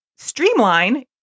streamline